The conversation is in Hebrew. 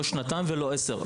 לא שנתיים ולא עשר.